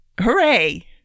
Hooray